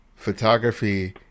Photography